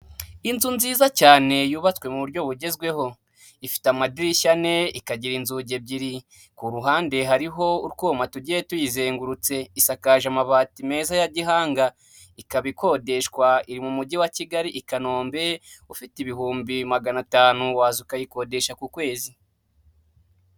Inzu nziza cyane yubatswe mu buryo bugezweho, ifite amadirishya ane ikagira inzugi ebyiri, ku ruhande hariho utwuma tugiye tuyizengurutse, isakaje amabati meza ya gihanga, ikaba ikodeshwa, iri mu Mujyi wa Kigali i Kanombe ufite ibihumbi magana atanu waza ukayikodesha ku kwezi.